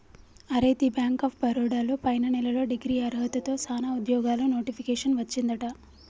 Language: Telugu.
అరే ది బ్యాంక్ ఆఫ్ బరోడా లో పైన నెలలో డిగ్రీ అర్హతతో సానా ఉద్యోగాలు నోటిఫికేషన్ వచ్చిందట